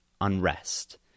unrest